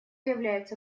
является